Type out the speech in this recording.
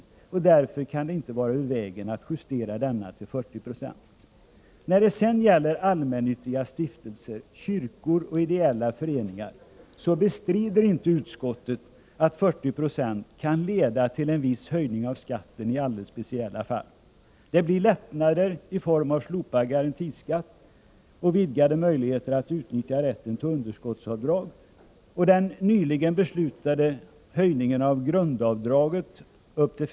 Det kan därför inte vara ur vägen att justera denna till 40 96. När det sedan gäller allmännyttiga stiftelser, kyrkor och ideella föreningar bestrider inte utskottet att 40 90 skatt kan' leda till en viss höjning av skatten i alldeles speciella fall. Det blir lättnader i form av slopad garantiskatt och vidgade möjligheter att utnyttja rätten till underskottsavdrag. Den nyligen beslutade höjningen av grundavdraget upp till.